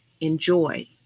enjoy